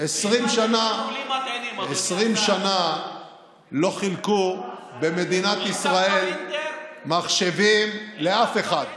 20 שנים לא חילקו במדינת ישראל מחשבים לאף אחד.